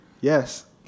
Yes